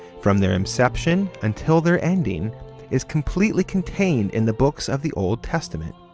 from their inception until their ending is completely contained in the books of the old testament.